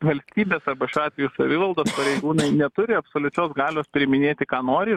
valstybės arba šiuo atveju savivaldos pareigūnai neturi absoliučios galios priiminėti ką nori